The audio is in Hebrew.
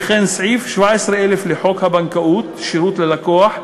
שכן סעיף 17א לחוק הבנקאות (שירות ללקוח)